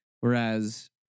Whereas